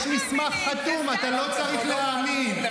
הגברת, יש מסמך חתום, אתה לא צריך להאמין.